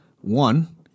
one